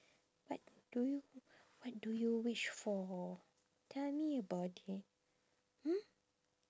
what do you what do you wish for tell me about it hmm